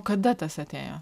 kada tas atėjo